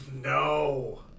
no